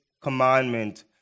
commandment